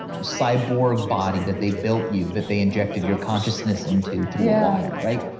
cyborg body that they built you that they injected your consciousness into through yeah wire right?